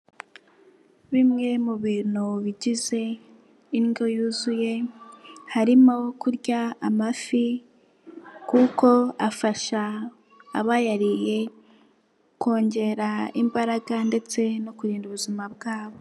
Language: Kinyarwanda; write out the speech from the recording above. Bimwe mu bintu bigize indyo yuzuye harimo kurya amafi kuko afasha abayariye kongera imbaraga ndetse no kurinda ubuzima bwabo.